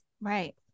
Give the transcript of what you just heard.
Right